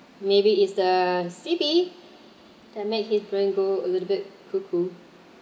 maybe it's the C_B that made him go little bit cuckoo